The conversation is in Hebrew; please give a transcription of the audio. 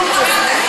שום קשר.